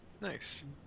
nice